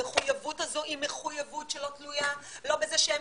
המחויבות הזו היא מחויבות שלא תלויה לא בזה שהם